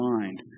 mind